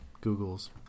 Google's